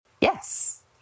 Yes